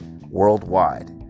worldwide